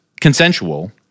consensual